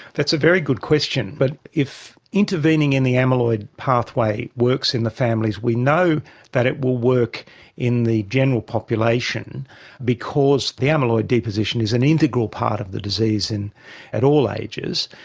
that's a very good question, but if intervening in the amyloid pathway works in the families, we know that it will work in the general population because the amyloid deposition is an integral part of the disease at all ages.